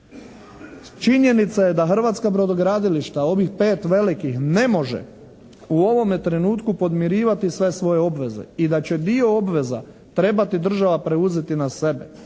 Činjenica je da hrvatska brodogradilišta, ovih 5 velikih ne može u ovome trenutku podmirivati sve svoje obveze i da će dio obveza trebati država preuzeti na sebe.